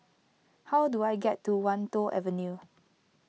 how do I get to Wan Tho Avenue